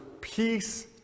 Peace